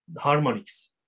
harmonics